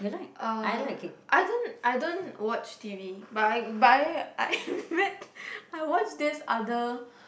uh I don't I don't watch t_v but I but I I read I watch this other